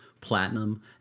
platinum